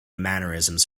mannerisms